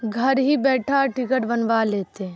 گھر ہی بیٹھا ٹکٹ بنوا لیتے ہیں